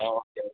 ആ ഓക്കെ